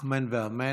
אמן ואמן.